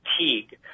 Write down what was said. fatigue